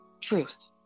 Truth